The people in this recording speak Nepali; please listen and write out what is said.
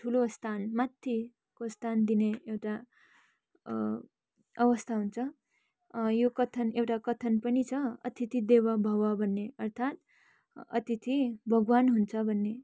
ठुलो स्थान माथिको स्थान दिने एउटा अवस्था हुन्छ यो कथन एउटा कथन पनि छ अतिथि देव भवः भन्ने अर्थात् अतिथि भगवान् हुन्छ भन्ने